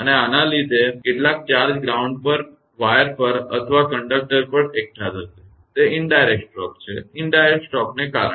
અને આને લીધે કેટલાક ચાર્જ ગ્રાઉન્ડ વાયર પર અથવા કંડક્ટર પર એકઠા થશે તે indirect stroke છે indirect strokeને કારણે